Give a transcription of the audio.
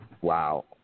Wow